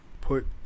put